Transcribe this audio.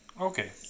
Okay